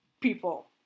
people